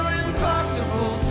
impossible